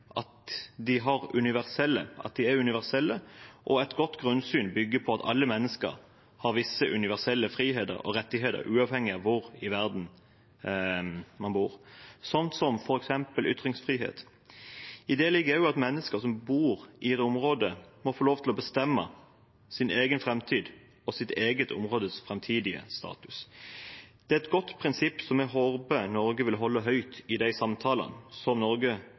at de er universelle, og et godt grunnsyn bygger på at alle mennesker har visse universelle friheter og rettigheter, som f.eks. ytringsfrihet, uavhengig av hvor i verden man bor. I det ligger det også at mennesker som bor i et område, må få lov til å bestemme over sin egen framtid og sitt eget områdes framtidige status. Det er et godt prinsipp som jeg håper Norge vil holde høyt i de samtalene Norge